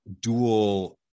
dual